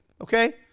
Okay